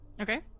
Okay